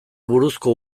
buruzko